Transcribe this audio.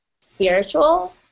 spiritual